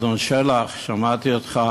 אדון שלח, שמעתי אותך